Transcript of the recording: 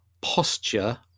posture